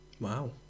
wow